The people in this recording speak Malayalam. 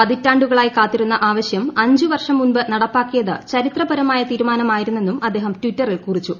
പതിറ്റാണ്ടുകളായി ്കാത്തിരുന്ന ആവശ്യം അഞ്ചു വർഷം മുമ്പ് നടപ്പാക്കിയത് ചരിത്രപരമായ തീരുമാനമായിരുന്നെന്നും അദ്ദേഹം ടിറ്ററിൽ കുറിച്ചു